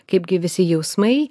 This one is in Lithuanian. kaipgi visi jausmai